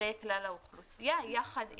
לכלל האוכלוסייה יחד עם,